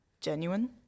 genuine